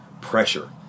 pressure